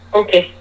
okay